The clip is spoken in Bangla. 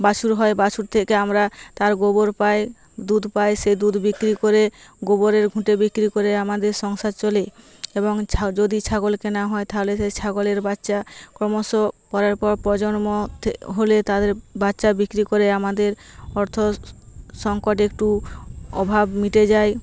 বাছুর হয় বাছুর থেকে আমরা তার গোবর পায় দুধ পায় সেই দুধ বিক্রি করে গোবরের ঘুঁটে বিক্রি করে আমাদের সংসার চলে এবং ছা যদি ছাগল কেনা হয় তাহলে সেই ছাগলের বাচ্চা ক্রমশ পরের পর প্রজন্ম হলে তাদের বাচ্চা বিক্রি করে আমাদের অর্থ সংকট একটু অভাব মিটে যায়